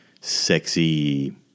sexy